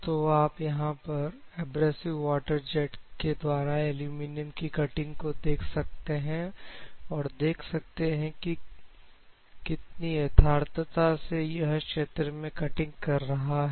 तो आप यहां पर एब्रेसिव वाटर जेट के द्वारा एलुमिनियम की कटिंग को देख सकते हैं और देख सकते हैं कि कितना यथार्थता से यह क्षेत्र में कटिंग कर रहा है